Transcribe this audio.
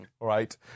right